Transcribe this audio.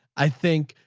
i think